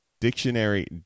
Dictionary